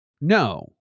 No